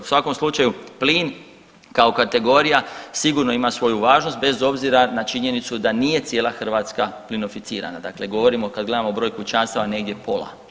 U svakom slučaju plin kao kategorija sigurno ima svoju važnost bez obzira na činjenicu da nije cijela Hrvatska plinoficirana, dakle govorimo kad gledamo broj kućanstava negdje pola.